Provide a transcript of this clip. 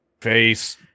face